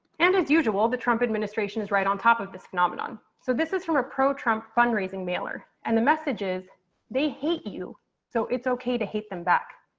and as usual, the trump administration is right on top of this phenomenon. so this is from our pro trump fundraising mailer and the messages they hate you so it's okay to hate them back.